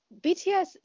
BTS